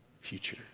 future